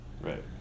Right